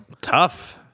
Tough